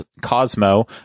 Cosmo